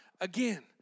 again